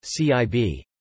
CIB